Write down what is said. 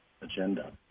agenda